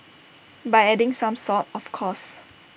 by adding some salt of course